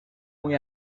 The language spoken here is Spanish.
muy